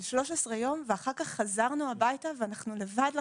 זה 13 יום ואחר-כך חזרנו הביתה ואנחנו לבד לחלוטין.